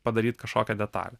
padaryt kažkokią detalę